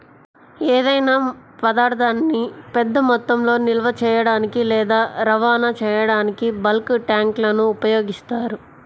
ఏదైనా పదార్థాన్ని పెద్ద మొత్తంలో నిల్వ చేయడానికి లేదా రవాణా చేయడానికి బల్క్ ట్యాంక్లను ఉపయోగిస్తారు